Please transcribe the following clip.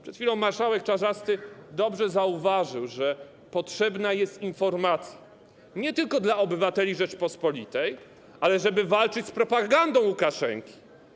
Przed chwilą marszałek Czarzasty dobrze zauważył, że potrzebna jest informacja nie tylko dla obywateli Rzeczypospolitej, ale też po to, żeby walczyć z propagandą Łukaszenki.